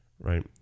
Right